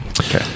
Okay